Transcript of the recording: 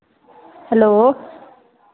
hello